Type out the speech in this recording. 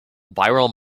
viral